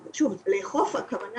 במסגרת הדחיפות של שלל אתגרי הקורונה